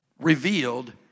revealed